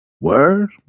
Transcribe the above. Word